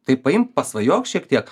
taip paimk pasvajok šiek tiek